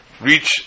reach